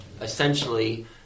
essentially